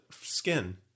skin